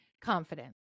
confident